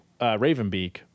Ravenbeak